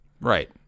Right